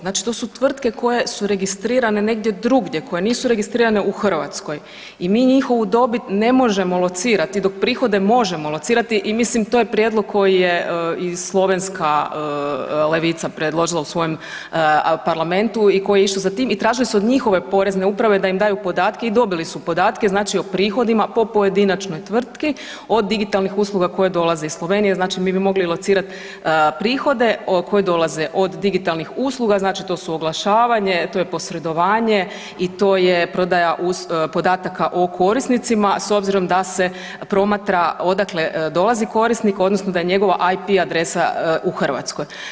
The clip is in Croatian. Znači to su tvrtke koje su registrirane negdje druge, koje nisu registrirane u Hrvatskoj i mi njihovu dobit ne možemo locirati dok prihode možemo locirati i mislim, to je prijedlog koji je i slovenska Levica predložila u svojem parlamentu i koji je išao za tim i tražili su od njihove porezne uprave da im daju podatke i dobili su podatke, znači o prihodima po pojedinačnoj tvrtki od digitalnih usluga koje dolaze iz Slovenije, znači mi bi mogli locirat prihode koje dolaze od digitalnih usluga, znači to su oglašavanje, to je posredovanje i to je prodaja podataka o korisnicima s obzirom da se promatra odakle dolazi korisnik odnosno da je njegova IP adresa u Hrvatskoj.